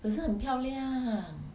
可是很漂亮